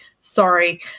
sorry